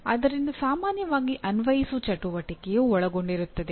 ಆದ್ದರಿಂದ ಸಾಮಾನ್ಯವಾಗಿ "ಅನ್ವಯಿಸುವ" ಚಟುವಟಿಕೆಯು ಒಳಗೊಂಡಿರುತ್ತದೆ